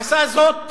עשה זאת